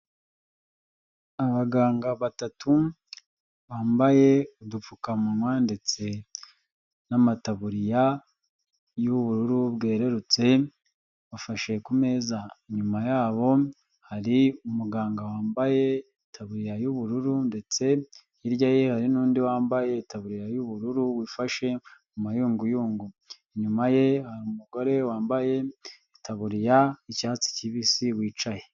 Abaganga batatu bambaye udupfukamunwa ndetse n'amataburiya y'ubururu bwererutse bafashe ku meza, inyuma yabo hari umuganga wambaye itaburiya y'ubururu ndetse hirya ye hari n'undi wambaye itaburiya y'ubururu wifashe mu mayunguyungu, inyuma ye hari umugore wambaye itaburiya y'icyatsi kibisi wicaye.